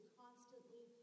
constantly